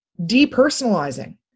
depersonalizing